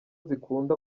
zikunda